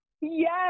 Yes